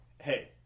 hey